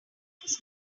his